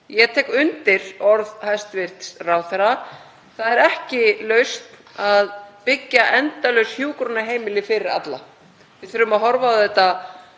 Ég tek undir orð hæstv. ráðherra. Það er ekki lausn að byggja endalaus hjúkrunarheimili fyrir alla. Við þurfum að horfa á þetta